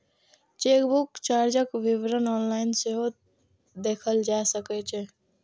chequebook चार्जक विवरण online सेहो देखल जा सकै छै